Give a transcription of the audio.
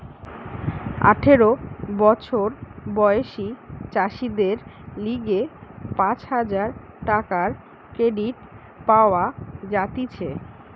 আঠারো বছর বয়সী চাষীদের লিগে পাঁচ হাজার টাকার ক্রেডিট পাওয়া যাতিছে